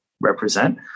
represent